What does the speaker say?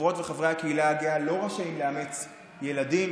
חברות וחברי הקהילה הגאה לא רשאים לאמץ ילדים.